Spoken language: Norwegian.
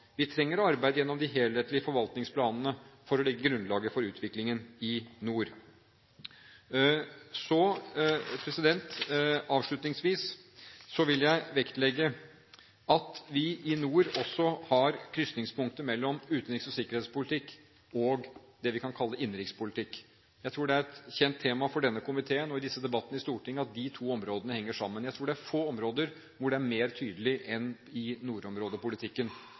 vi trenger å arbeide gjennom de helhetlige forvaltningsplanene for å legge grunnlaget for utviklingen i nord. Avslutningsvis vil jeg vektlegge at vi i nord også har krysningspunktet mellom utenriks- og sikkerhetspolitikk og det vi kan kalle innenrikspolitikk. Jeg tror det er et kjent tema for denne komiteen og i disse debattene i Stortinget at de to områdene henger sammen. Jeg tror det er få områder hvor dette er mer tydelig enn i nordområdepolitikken.